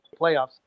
playoffs